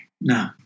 no